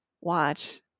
watch